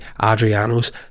Adriano's